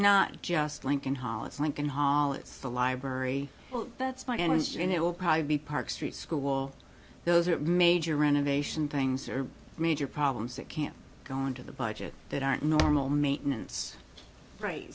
not just lincoln hall it's lincoln hall it's the library that's my energy and it will probably be park street school those are major renovation things or major problems that can't go into the budget that aren't normal maintenance right